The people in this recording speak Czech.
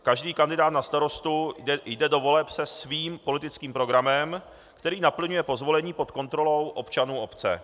Každý kandidát na starostu jde do voleb se svým politickým programem, který naplňuje po zvolení pod kontrolou občanů obce.